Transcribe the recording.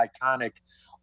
iconic